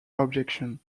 objection